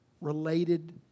related